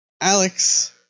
Alex